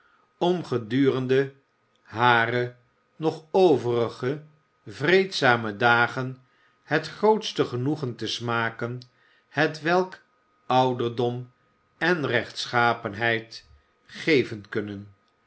om gedurende hare nog overige vreedzame dagen het grootste genoegen te smaken hetwelk ouderdom en rechtschapenheid geven kunnen